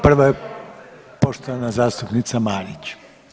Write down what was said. Prva je poštovana zastupnica Marić.